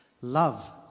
Love